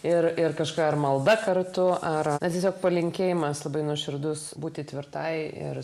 ir ir kažką ar malda kartu ar tiesiog palinkėjimas labai nuoširdus būti tvirtai ir